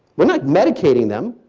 we're not medicating them.